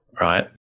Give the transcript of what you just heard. right